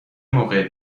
موقع